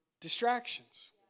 distractions